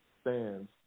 stands